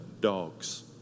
dogs